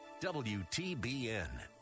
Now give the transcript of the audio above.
WTBN